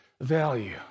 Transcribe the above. value